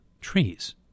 trees